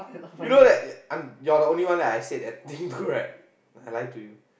you know that I'm you're the only one I said the thing to right I lie to you